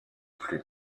plus